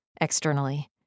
Externally